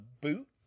boot